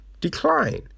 decline